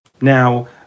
Now